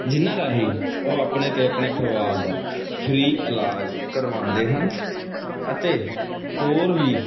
ਜਿਨ੍ਹਾਂ ਰਾਹੀਂ ਉਹ ਆਪਣੇ ਅਤੇ ਆਪਣੇ ਪਰਿਵਾਰ ਦਾ ਫਰੀ ਇਲਾਜ ਕਰਵਾਉਂਦੇ ਹਨ ਅਤੇ ਹੋਰ ਵੀ